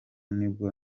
nibwo